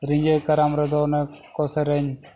ᱨᱤᱸᱡᱷᱟᱹ ᱠᱟᱨᱟᱢ ᱨᱮᱫᱚ ᱚᱱᱮ ᱠᱚ ᱥᱮᱨᱮᱧ